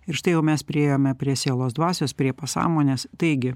ir štai jau mes priėjome prie sielos dvasios prie pasąmonės taigi